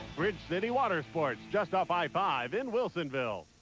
bridge city water sports, just off i five in wilsonville.